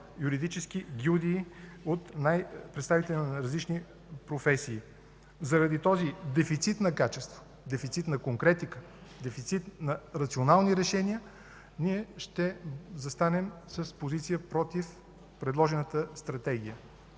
„юридически гилдии” с представители на различни професии. Заради този дефицит на качество, дефицит на конкретика, дефицит на рационални решения, ние ще застанем с позиция против предложената стратегия,